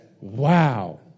Wow